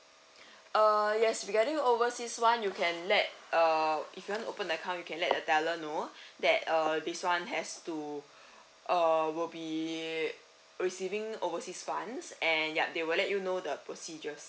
uh yes regarding overseas one you can let uh if you want to open the account you can let the teller know that uh this one has to uh will be receiving overseas funds and yup they will let you know the procedures